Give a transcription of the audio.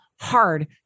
hard